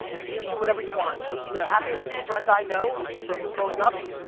you can do whatever you want. the happiest friend i know from growing up,